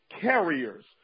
carriers